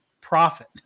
profit